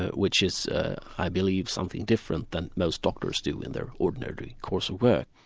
which is i believe something different than most doctors do in their ordinary course of work.